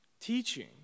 teaching